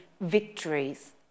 victories